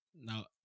now